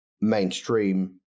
mainstream